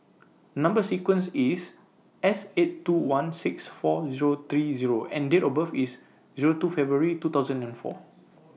Number sequence IS S eight two one six four Zero three Zero and Date of birth IS Zero two February two thousand and four